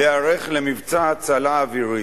להיערך למבצע הצלה אווירי.